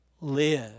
live